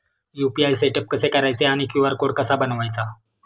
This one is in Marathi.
यु.पी.आय सेटअप कसे करायचे आणि क्यू.आर कोड कसा बनवायचा?